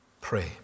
pray